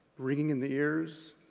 ringing in the ears,